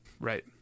Right